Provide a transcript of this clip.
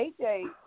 AJ